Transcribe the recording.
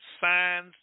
signs